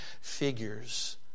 figures